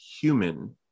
human